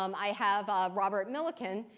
um i have robert millikan.